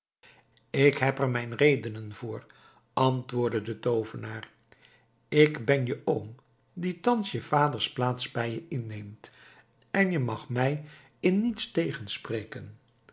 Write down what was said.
ik heb er mijn redenen voor antwoordde de toovenaar ik ben je oom die thans je vader's plaats bij je inneemt en je mag mij in niets